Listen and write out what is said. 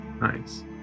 Nice